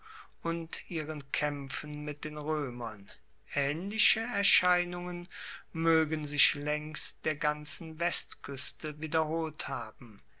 und ihren kaempfen mit den roemern aehnliche erscheinungen moegen sich laengs der ganzen westkueste wiederholt haben